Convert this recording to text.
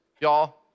y'all